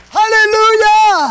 hallelujah